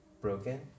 broken